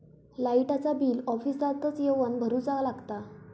लाईटाचा बिल ऑफिसातच येवन भरुचा लागता?